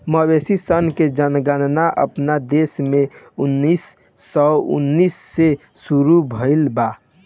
मवेशी सन के जनगणना अपना देश में उन्नीस सौ उन्नीस से शुरू भईल बा